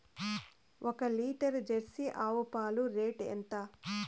ఒక litre Jersey ఆవు పాలు రేటు ఎంత?